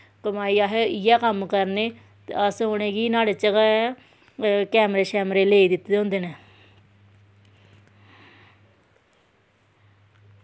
कमाई अस इ'यै कम्म करने ते अस उ'नेंगी गी न्हाड़ै चा गै कैमरे शैमरे लेई दित्ते दे होंदे न